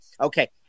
Okay